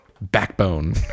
backbone